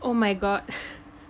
oh my god